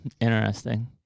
Interesting